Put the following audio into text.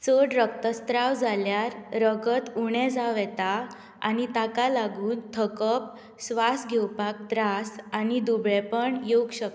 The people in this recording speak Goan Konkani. चड रगतस्त्राव जाल्यार रगत उणें जावं येता आनी ताका लागून थकप स्वास घेवपाक त्रास आनी दुबळेंपण येवंक शकता